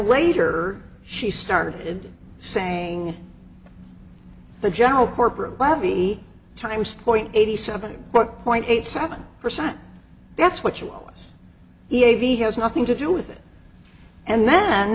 later she started saying the general corporate levy time was point eighty seven point eight seven percent that's what you owe us e a v has nothing to do with it and then